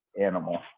animal